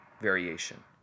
variation